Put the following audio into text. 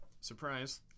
surprise